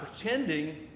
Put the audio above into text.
pretending